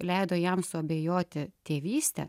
leido jam suabejoti tėvyste